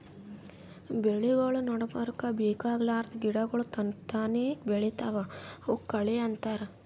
ಬೆಳಿಗೊಳ್ ನಡಬರ್ಕ್ ಬೇಕಾಗಲಾರ್ದ್ ಗಿಡಗೋಳ್ ತನಕ್ತಾನೇ ಬೆಳಿತಾವ್ ಅವಕ್ಕ ಕಳಿ ಅಂತಾರ